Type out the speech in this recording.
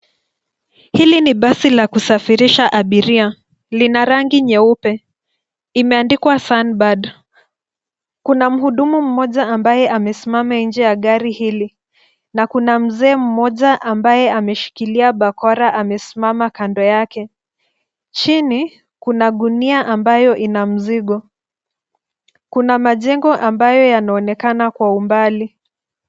Hili ni basi la kusafirisha abiria. Lina rangi nyeupe. Imeandikwa Sunbird . Kuna muhudumu mmoja ambaye amesimama nje ya gari hili na kuna mzee mmoja ambaye ameshikilia bakora amesimama kando yake. Chini, kuna gunia ambayo ina mzigo. Kuna majengo ambayo yanaonekana kwa umbali.